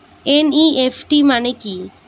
NEFT মনে কি?